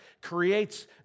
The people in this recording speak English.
creates